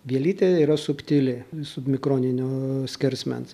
vielytė yra subtili submikroninio skersmens